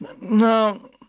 No